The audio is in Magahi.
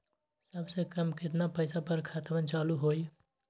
सबसे कम केतना पईसा पर खतवन चालु होई?